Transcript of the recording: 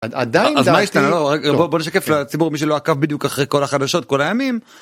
עדיין, בואו נשקף לציבור מי שלא עקב בדיוק אחרי כל החדשות כל הימים.